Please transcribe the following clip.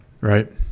right